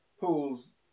Pools